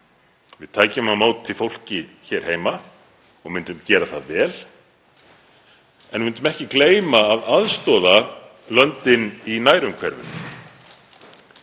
við tækjum á móti fólki hér heima og myndum gera það vel en við myndum ekki gleyma að aðstoða löndin í nærumhverfinu.